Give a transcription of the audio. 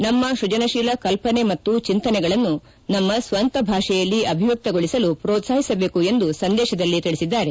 ನಮ್ನ ಸ್ವಜನತೀಲ ಕಲ್ಪನೆ ಮತ್ತು ಚಿಂತನೆಗಳನ್ನು ನಮ್ಮ ಸ್ವಂತ ಭಾಷೆಯಲ್ಲಿ ಅಭಿವ್ಯಕ್ತಗೊಳಿಸಲು ಪ್ರೋತ್ಲಾಹಿಸಬೇಕು ಎಂದು ಸಂದೇತದಲ್ಲಿ ತಿಳಿಸಿದ್ದಾರೆ